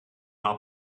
are